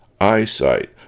eyesight